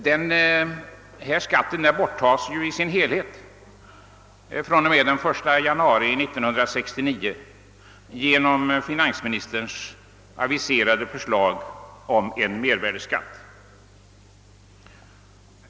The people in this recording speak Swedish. Denna skatt borttas ju i sin helhet den 1 januari 1969 genom finansministerns aviserade förslag om en mervärdeskatt.